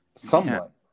Somewhat